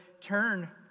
turn